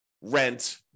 rent